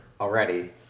already